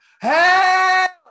Help